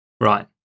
Right